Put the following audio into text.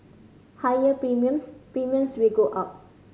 higher premiums Premiums will go up